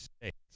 States